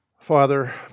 Father